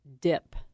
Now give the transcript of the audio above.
dip